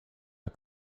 der